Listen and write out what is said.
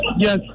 Yes